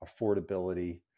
affordability